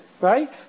right